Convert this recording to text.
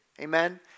Amen